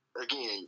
again